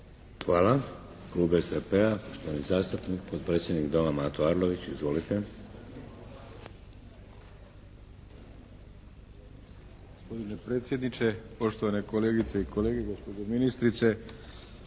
Hvala. Klub SDP-a, poštovani zastupnik potpredsjednik Doma Mato Arlović. Izvolite.